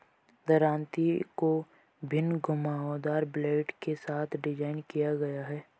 दरांती को विभिन्न घुमावदार ब्लेड के साथ डिज़ाइन किया गया है